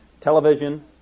Television